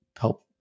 help